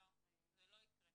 לא, זה לא יקרה.